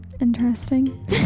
Interesting